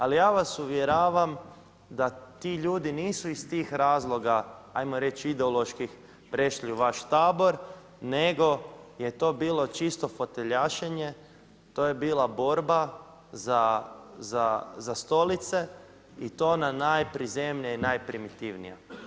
Ali ja vas uvjeravam da ti ljudi nisu iz tih razloga ajmo reći ideološki prešli u vaš tabor nego je to bilo čisto foteljašenje, to je bila borba za stolice i to ona najprizemnija i najprimitivnija.